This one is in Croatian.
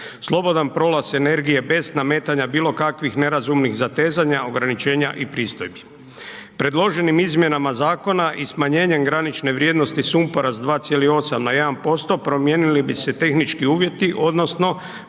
slobodan prolaz energije bez nametanja bilo kakvih nerazumnih zatezanja, ograničenja i pristojbu. Predloženim izmjenama zakona i smanjenjem granične vrijednosti sumpora s 2,8 na 1%, promijenili bi se tehnički uvjeti, odnosno